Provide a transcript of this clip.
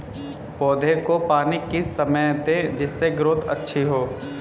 पौधे को पानी किस समय दें जिससे ग्रोथ अच्छी हो?